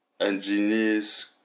engineers